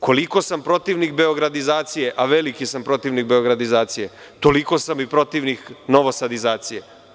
Koliko sam protivnik beogradizacije, a veliki sam protivnik beogradizacije, toliko sam i protivnik novosadizacije.